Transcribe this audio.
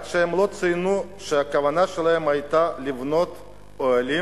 רק שהם לא ציינו שהכוונה שלהם היתה לבנות אוהלים